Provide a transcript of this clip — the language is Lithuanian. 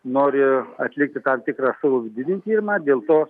nori atlikti tam tikrą savo vidinį tyrimą dėl to